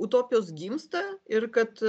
utopijos gimsta ir kad